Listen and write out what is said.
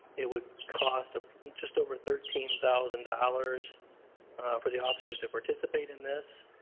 it would cost ah just over thirteen thousand dollars for the officers to participate in this.